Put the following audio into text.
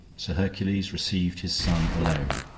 sir hercules received his son alone.